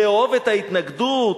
"לאהוב את ההתנגדות,